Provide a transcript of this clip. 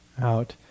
out